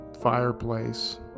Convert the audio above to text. Fireplace